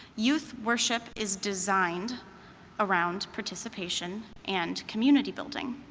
youth worship is designed around participation and community building.